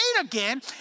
again